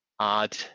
add